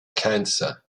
cancer